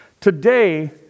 Today